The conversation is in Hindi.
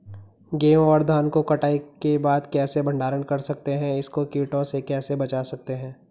गेहूँ और धान को कटाई के बाद कैसे भंडारण कर सकते हैं इसको कीटों से कैसे बचा सकते हैं?